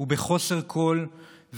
ובחוסר כול,